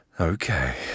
Okay